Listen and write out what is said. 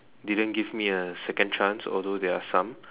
didn't give me a second chance although there are some